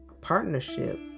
partnership